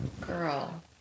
Girl